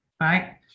right